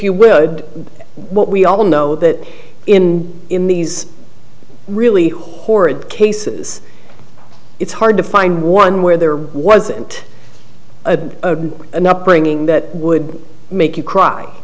would what we all know that in in these really horrid cases it's hard to find one where there wasn't a an upbringing that would make you cry